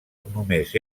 només